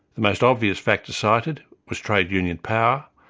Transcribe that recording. the most obvious factor cited was trade union power,